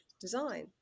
design